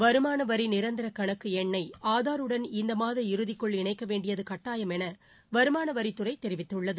வருமானவரி நிரந்தர கணக்கு எண்ணை ஆதாருடன் இந்த மாத இறுதிக்குள் இணைக்கவேண்டியது கட்டாயம் என வருமானவரித்துறை தெரிவித்துள்ளது